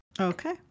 Okay